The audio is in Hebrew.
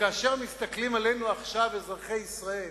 שכאשר מסתכלים עלינו עכשיו אזרחי ישראל